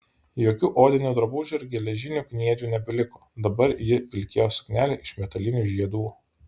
jokių odinių drabužių ir geležinių kniedžių nebeliko dabar ji vilkėjo suknelę iš metalinių žiedų